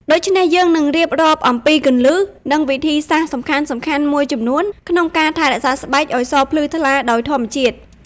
ដូច្នេះយើងនឹងរៀបរាប់ អំពីគន្លឹះ និងវិធីសាស្រ្តសំខាន់ៗមួយចំនួនក្នុងការថែរក្សាស្បែកឲ្យសភ្លឺថ្លាដោយធម្មជាតិ។